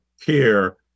care